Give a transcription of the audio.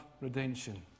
redemption